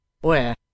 Where